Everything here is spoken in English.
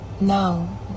No